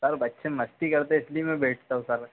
sir बच्चे मस्ती करते इसलिए मैं बैठता हूँ सर